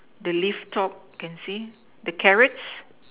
the lift top can see the carrots